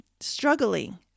struggling